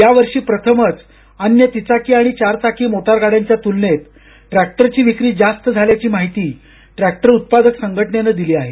या वर्षी प्रथमच अन्य तिचाकी आणि चारचाकी मोटार गाड्यांच्या तुलनेत ट्रॅक्टरची विक्री जास्त झाल्याची माहिती ट्रॅक्टर उत्पादक संघटनेनं दिली आहे